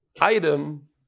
item